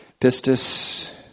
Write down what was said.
pistis